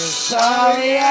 sorry